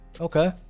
Okay